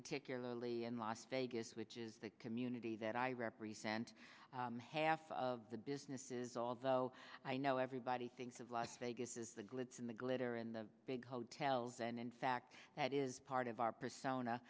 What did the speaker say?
particularly in las vegas which is the community that i represent half of the businesses although i know everybody thinks of las vegas is the glitz and the glitter in the big hotels and in fact that is part of our persona